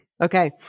Okay